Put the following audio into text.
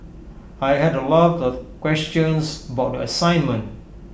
I had A lot of questions about the assignment